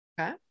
Okay